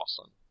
awesome